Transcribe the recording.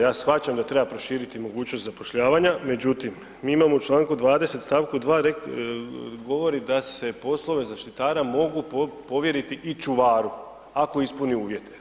Ja shvaćam da treba proširiti mogućnost zapošljavanja, međutim mi imamo u članku 20. stavku 2. govori da se p oslove zaštita mogu povjeriti i čuvaru ako ispuni uvjete.